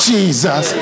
Jesus